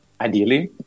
Ideally